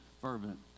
fervent